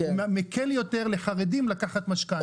הוא מקל יותר לחרדים לקחת משכנתא.